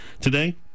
today